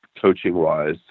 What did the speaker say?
coaching-wise